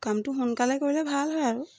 কামটো সোনকালে কৰিলে ভাল হয় আৰু